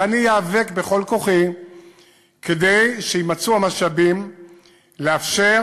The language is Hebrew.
ואני איאבק בכל כוחי כדי שיימצאו המשאבים לאפשר.